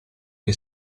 che